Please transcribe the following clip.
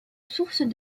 source